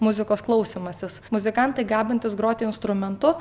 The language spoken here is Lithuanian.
muzikos klausymasis muzikantai gebantys groti instrumentu